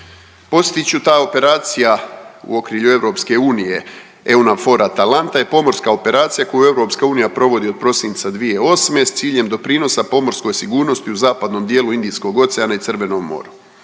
Podsjetit ću ta operacija u okrilju EU, EU NAVFOR ATALANTA je pomorska operacija koju EU provodi od prosinca 2008. s ciljem doprinosa pomorskoj sigurnosti u zapadnom dijelu Indijskog oceana i Crvenom moru.